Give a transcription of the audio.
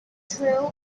drew